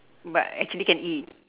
but actually can eat